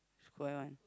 square one